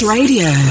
Radio